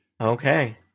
Okay